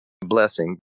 blessing